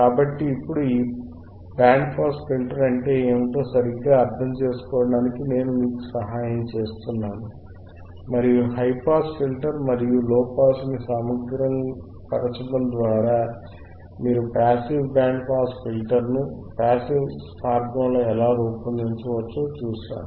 కాబట్టి ఇప్పుడు ఈ బ్యాండ్ పాస్ ఫిల్టర్ అంటే ఏమిటో సరిగ్గా అర్థం చేసుకోవడానికి నేను మీకు సహాయం చేస్తున్నాను మరియు హై పాస్ ఫిల్టర్ మరియు లోపాస్ ని సమగ్రపరచడం ద్వారా మీరు పాసివ్ బ్యాండ్ పాస్ ఫిల్టర్ను పాసివ్ మార్గంలో ఎలా రూపొందించవచ్చో మనము చూశాము